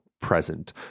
present